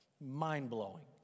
Mind-blowing